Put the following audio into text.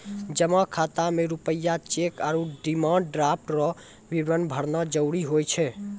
जमा खाता मे रूपया चैक आरू डिमांड ड्राफ्ट रो विवरण भरना जरूरी हुए छै